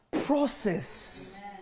process